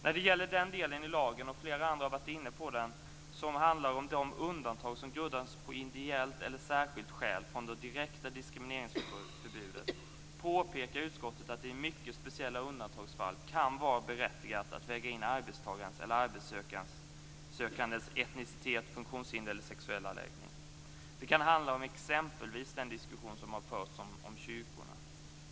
När det gäller den delen av lagen - och flera andra har varit inne på den - som handlar om de undantag från det direkta diskrimineringsförbudet som grundas på ideellt eller särskilt skäl, påpekar utskottet att det i mycket speciella undantagsfall kan vara berättigat att väga in arbetstagarens eller arbetssökandens etnicitet, funktionshinder eller sexuella läggning. Det kan t.ex. handla om den diskussion som har förts om kyrkorna.